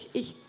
ich